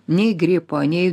nei gripo nei